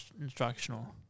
instructional